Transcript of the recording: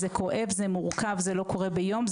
זה כואב, זה מורכב, זה לא קורה ביום.